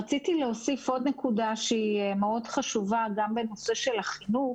אני רציתי להוסיף עוד נקודה שמאוד חשובה גם בנושא של החינוך